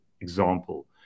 example